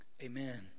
Amen